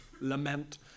lament